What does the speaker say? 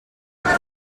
vingt